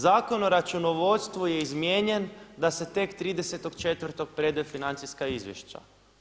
Zakon o računovodstvu je izmijenjen da se tek 30.4. predaju financijska izvješća.